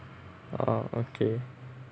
orh okay